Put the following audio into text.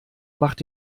macht